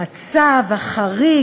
המצב החריג,